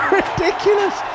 ridiculous